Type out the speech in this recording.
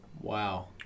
Wow